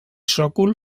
sòcol